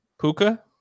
Puka